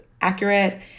accurate